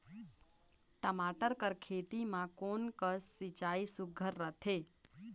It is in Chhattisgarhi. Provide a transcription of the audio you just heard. टमाटर कर खेती म कोन कस सिंचाई सुघ्घर रथे?